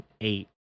eight